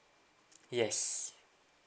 yes